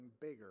bigger